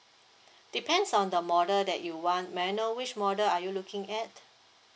depends on the model that you want may I know which model are you looking at